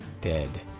dead